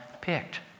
picked